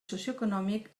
socioeconòmic